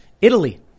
Italy